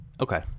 Okay